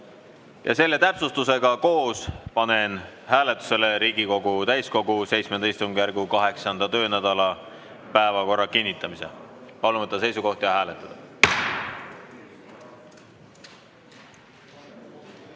Selle täpsustusega koos panen hääletusele Riigikogu täiskogu VII istungjärgu 8. töönädala päevakorra kinnitamise. Palun võtta seisukoht ja hääletada!